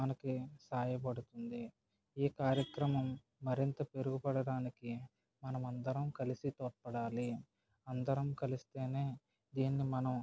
మనకి సాయపడుతుంది ఈ కార్యక్రమం మరింత మెరుగు పడడానికి మనమందరం కలిసి తోడ్పడాలి అందరం కలిస్తేనే దీన్ని మనం